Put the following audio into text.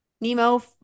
Nemo